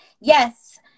yes